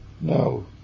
No